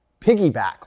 piggyback